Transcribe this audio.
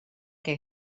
què